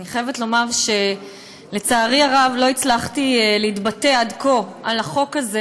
אני חייבת לומר שלצערי הרב לא הצלחתי להתבטא עד כה על החוק הזה,